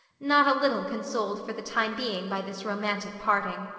not a little consoled for the time being by this romantic parting.